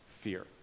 fear